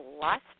lost